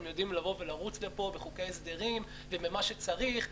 הם יודעים לבוא ולרוץ לפה בחוקי ההסדרים ובמה שצריך,